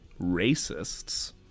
racists